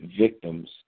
victims